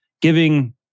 giving